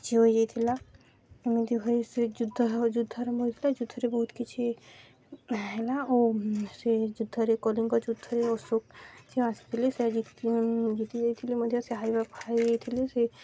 ଝି ହୋଇଯାଇଥିଲା ଏମିତି ଭାବେ ସେ ଯୁଦ୍ଧ ଯୁଦ୍ଧାରମ୍ଭ ହୋଇଥିଲା ଯୁଦ୍ଧରେ ବହୁତ କିଛି ହେଲା ଓ ସେ ଯୁଦ୍ଧରେ କଳିଙ୍ଗ ଯୁଦ୍ଧରେ ଅଶୋକ ଯେଉଁ ଆସିଥିଲେ ସେତି ଜିତି ଯାଇଥିଲେ ମଧ୍ୟ ସେ ହାରିବା ହାରି ଯାଇଥିଲେ ସେ